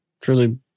Truly